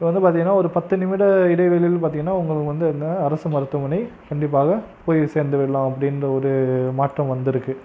இப்போ வந்து பார்த்திங்கனா ஒரு பத்து நிமிட இடைவெளியில் பார்த்திங்கனா உங்களுக்கு வந்து அரசு மருத்துவமனை கண்டிப்பாக போய் சேர்ந்து விடலாம் அப்படின்ற ஒரு மாற்றம் வந்துருக்குது